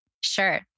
Sure